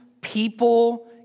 people